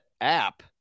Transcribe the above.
app